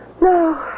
No